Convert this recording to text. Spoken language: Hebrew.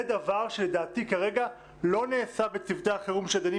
זה דבר שלדעתי כרגע לא נעשה בצוותי החירום שדנים